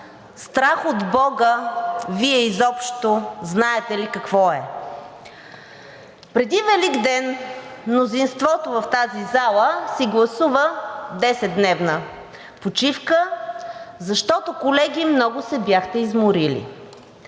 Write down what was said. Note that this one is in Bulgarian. страх от бога Вие изобщо знаете ли какво е? Преди Великден мнозинството в тази зала си гласува 10 дневна почивка, защото, колеги, много се бяхте изморили.